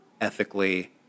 ethically